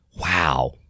Wow